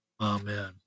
amen